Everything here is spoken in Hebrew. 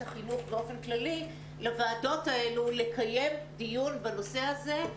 החינוך באופן כללי לוועדות האלה לקיים דיון בנושא הזה,